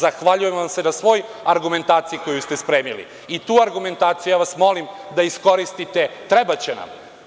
Zahvaljujem vam se na svoj argumentaciji koju ste spremili i tu argumentaciju, ja vas molim da iskoristite, trebaće nam.